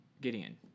Gideon